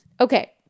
Okay